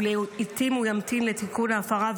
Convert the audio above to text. ולעיתים הוא ימתין לתיקון ההפרה,